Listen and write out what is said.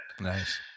Nice